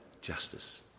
justice